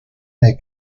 there